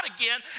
again